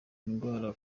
indwara